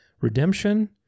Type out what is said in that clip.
redemption